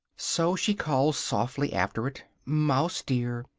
so she called softly after it mouse dear!